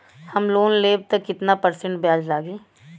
हम लोन लेब त कितना परसेंट ब्याज लागी?